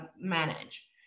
manage